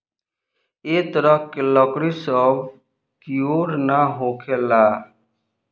ए तरह के लकड़ी सब कियोर ना होखेला